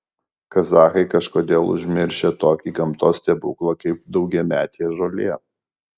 kazachai kažkodėl užmiršę tokį gamtos stebuklą kaip daugiametė žolė